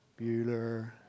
Bueller